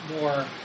more